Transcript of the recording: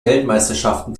weltmeisterschaften